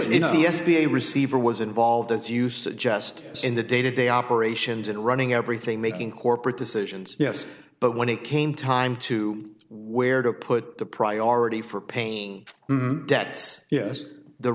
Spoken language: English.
into the s b a receiver was involved as you suggest in the day to day operations and running everything making corporate decisions yes but when it came time to where to put the priority for paying debts yes the